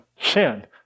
sin